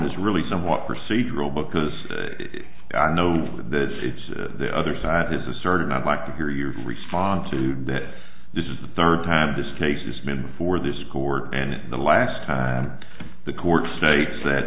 is really somewhat procedural because i know that it's the other side has asserted i'd like to hear your response to that this is the third time this case has been before this court and the last time the court states that